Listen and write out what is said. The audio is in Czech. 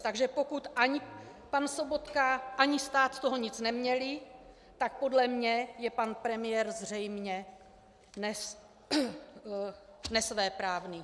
Takže pokud ani pan Sobotka, ani stát z toho nic neměli, tak podle mě je pan premiér zřejmě nesvéprávný.